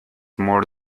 more